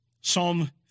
Psalm